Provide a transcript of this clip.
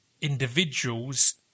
individuals